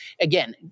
again